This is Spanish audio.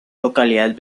localidades